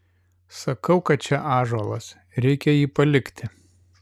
sakau kad čia ąžuolas reikia jį palikti